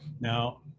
now